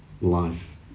life